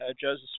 Joseph